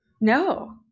no